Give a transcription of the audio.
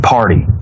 Party